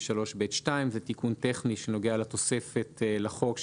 3(ב)(2)'." זה תיקון טכני שנוגע לתוספת לחוק,